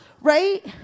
right